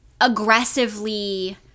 aggressively